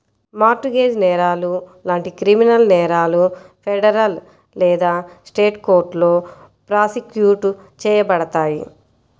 mart gauge నేరాలు లాంటి criminal నేరాలు ఫెడరల్ లేదా స్టేట్ కోర్టులో ప్రాసిక్యూట్ చేయబడతాయి